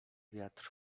wiatr